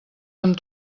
amb